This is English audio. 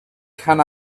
can